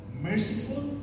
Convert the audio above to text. merciful